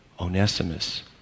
Onesimus